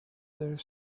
their